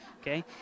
okay